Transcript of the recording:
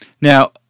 Now